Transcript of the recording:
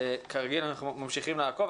כרגיל, אנחנו ממשיכים לעקוב.